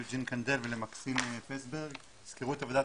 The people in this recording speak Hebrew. יוג'ין קנדל ולמקסין פסברג שיסקרו את עבודת